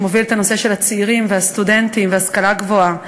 שמוביל את הנושא של הצעירים והסטודנטים וההשכלה הגבוהה.